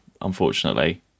unfortunately